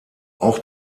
auch